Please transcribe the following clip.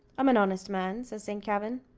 i'm an honest man, says saint kavin.